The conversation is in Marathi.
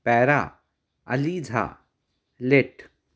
पॅरा अलीझा लेट